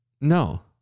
No